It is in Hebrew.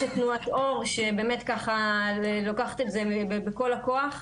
יש את תנוער אור שלוקחת את זה בכל הכוח,